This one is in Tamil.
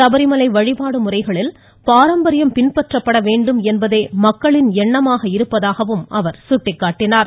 சபரிமலை வழிபாடு முறைகளில் பாரம்பரியம் பின்பற்றப்பட வேண்டும் என்பதே மக்களின் எண்ணமாக இருப்பதாகவும் சுட்டிக்காட்டினார்